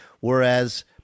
Whereas